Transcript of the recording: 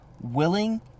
willing